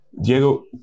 Diego